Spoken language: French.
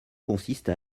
consiste